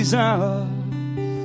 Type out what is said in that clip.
Jesus